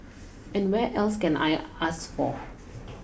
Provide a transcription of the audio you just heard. and where else can I ask for